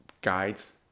guides